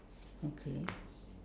okay